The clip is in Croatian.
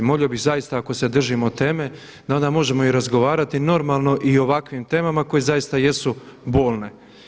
Molio bi zaista ako se držimo teme da onda možemo i razgovarati normalno i o ovakvim temama koje zaista jesu bolne.